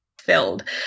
filled